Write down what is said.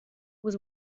was